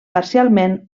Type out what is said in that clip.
parcialment